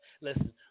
Listen